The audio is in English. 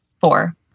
four